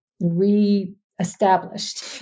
re-established